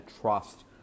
trust